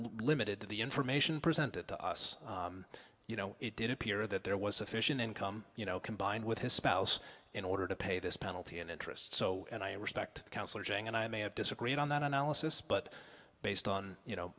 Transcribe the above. limited to the information presented to us you know it did appear that there was sufficient income you know combined with his spouse in order to pay this penalty and interest so and i respect counseling and i may have disagreed on that analysis but based on you know